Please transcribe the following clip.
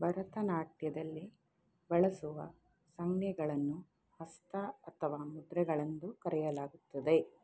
ಭರತನಾಟ್ಯದಲ್ಲಿ ಬಳಸುವ ಸಂಜ್ಞೆಗಳನ್ನು ಹಸ್ತ ಅಥವಾ ಮುದ್ರೆಗಳೆಂದು ಕರೆಯಲಾಗುತ್ತದೆ